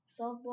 Softball